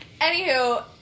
Anywho